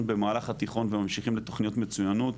במהלך התיכון וממשיכים לתכניות מצוינות,